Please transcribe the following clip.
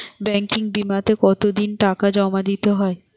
Banking বিমাতে কত দিন টাকা জমা দিতে হয়?